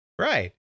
Right